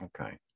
Okay